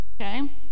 Okay